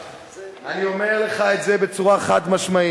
אני אומר לך את זה בצורה חד-משמעית: